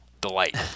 delight